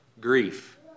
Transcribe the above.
grief